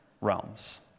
realms